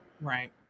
Right